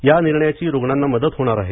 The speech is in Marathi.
या निर्णयाची रुग्णांना मदत होणार आहे